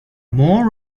more